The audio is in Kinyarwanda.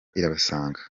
irabasanga